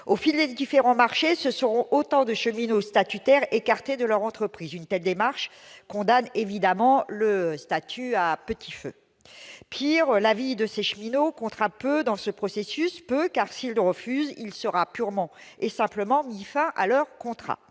des différents marchés, de plus en plus de cheminots statutaires se trouveront écartés de leur entreprise. Une telle démarche condamne évidemment le statut à petit feu. Pis, l'avis de ces cheminots comptera peu dans le processus, car s'ils refusent le transfert, il sera purement et simplement mis fin à leur contrat.